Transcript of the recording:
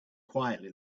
quietly